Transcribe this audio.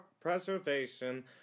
Preservation